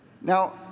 Now